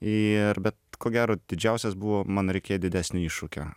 ir bet ko gero didžiausias buvo man reikėjo didesnio iššūkio